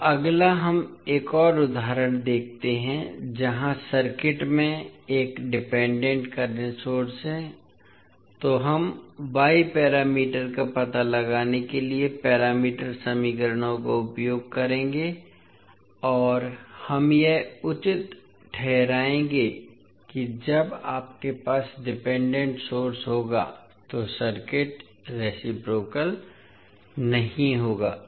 अब अगला हम एक और उदाहरण देखते हैं यहां सर्किट में एक डिपेंडेंट करंट सोर्स है इसलिए हम y पैरामीटर का पता लगाने के लिए पैरामीटर समीकरणों का उपयोग करेंगे और हम यह उचित ठहराएंगे कि जब आपके पास डिपेंडेंट सोर्स होगा तो सर्किट रेसिप्रोकल नहीं होगा